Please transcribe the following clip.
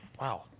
Wow